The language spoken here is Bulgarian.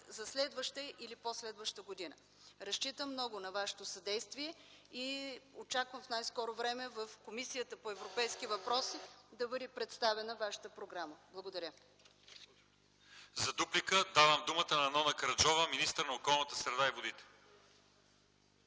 за следваща или по-следваща година. Разчитам много на Вашето съдействие и очаквам в най-скоро време в Комисията по европейски въпроси да бъде представена Вашата програма. Благодаря. ПРЕДСЕДАТЕЛ ЛЪЧЕЗАР ИВАНОВ: За дуплика давам думата на Нона Караджова – министър на околната среда и водите.